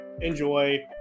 enjoy